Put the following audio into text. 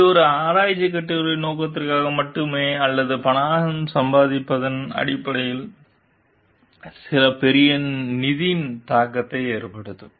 இது ஒரு ஆராய்ச்சிக் கட்டுரையின் நோக்கத்திற்காக மட்டுமே அல்லது பணம் சம்பாதிப்பதன் அடிப்படையில் சில பெரிய நிதி தாக்கத்தை ஏற்படுத்தும்